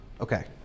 Okay